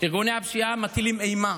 ארגוני הפשיעה מטילים אימה